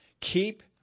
keep